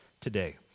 today